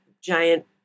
giant